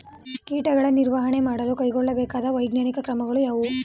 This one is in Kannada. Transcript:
ಕೀಟಗಳ ನಿರ್ವಹಣೆ ಮಾಡಲು ಕೈಗೊಳ್ಳಬೇಕಾದ ವೈಜ್ಞಾನಿಕ ಕ್ರಮಗಳು ಯಾವುವು?